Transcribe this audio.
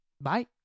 Bye